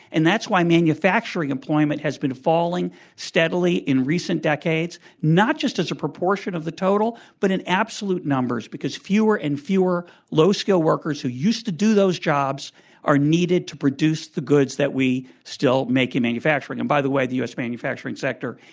and that's why manufacturing employment has been falling steadily in recent decades, not just as a proportion of the total, but in absolute numbers, because fewer and fewer low-skilled workers who used to do those jobs are needed to produce the goods that we still make and manufacture. and by the way, the u. s. manufacturing sector,